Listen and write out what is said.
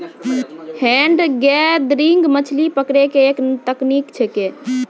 hand gathering मछली पकड़ै के एक तकनीक छेकै